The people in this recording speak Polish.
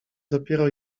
dopiero